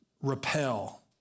repel